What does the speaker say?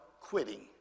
quitting